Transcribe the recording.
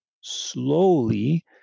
slowly